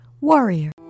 warrior